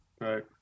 Right